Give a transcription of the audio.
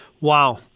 Wow